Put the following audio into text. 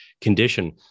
condition